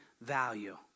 value